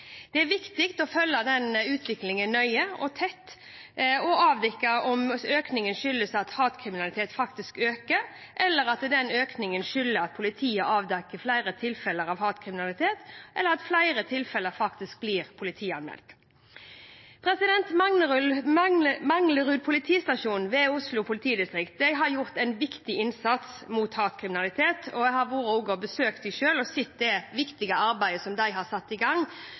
Det er viktig å følge denne utviklingen nøye og tett og avdekke om økningen skyldes at hatkriminalitet faktisk øker, om det skyldes at politiet avdekker flere tilfeller av hatkriminalitet, eller at flere tilfeller faktisk blir politianmeldt. Manglerud politistasjon ved Oslo politidistrikt har gjort en viktig innsats mot hatkriminalitet. Jeg har selv vært og besøkt dem og sett det viktige arbeidet som de har satt i gang